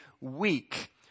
weak